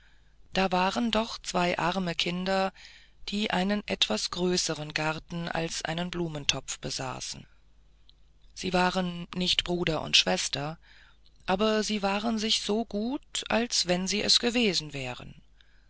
da waren doch zwei arme kinder die einen etwas größeren garten als einen blumentopf besaßen sie waren nicht bruder und schwester aber sie waren sich so gut als wenn sie es gewesen wären